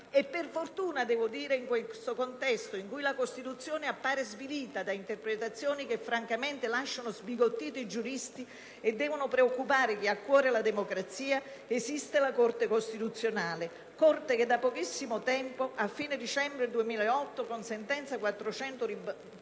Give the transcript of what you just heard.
Per fortuna, in questo contesto, in cui la Costituzione appare svilita da interpretazioni che francamente lasciano sbigottiti i giuristi e devono preoccupare chi ha a cuore la democrazia, esiste la Corte costituzionale. Corte che da pochissimo tempo, a fine dicembre 2008, con la sentenza n. 438,